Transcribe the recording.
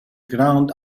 ground